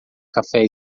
café